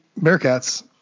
Bearcats